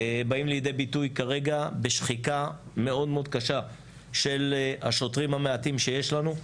באים לידי ביטוי כרגע בשחיקה מאוד מאוד קשה של השוטרים המעטים שיש לנו.